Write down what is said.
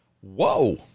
whoa